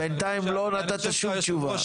בינתיים לא נתת שום תשובה.